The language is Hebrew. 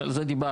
שעל זה דיברנו,